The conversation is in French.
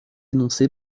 énoncé